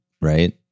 right